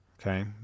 Okay